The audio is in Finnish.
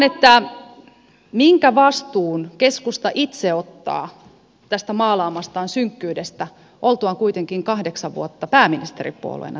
kysyn vain minkä vastuun keskusta itse ottaa tästä maalaamastaan synkkyydestä oltuaan kuitenkin kahdeksan vuotta pääministeripuolueena tässä maassa